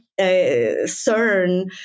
CERN